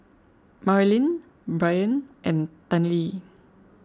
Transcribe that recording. Marilyn Brien and Tennille